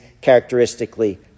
characteristically